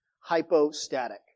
Hypostatic